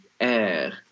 air